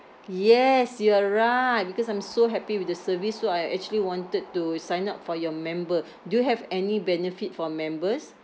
yes you are right because I'm so happy with the service so I actually wanted to sign up for your member do you have any benefit for members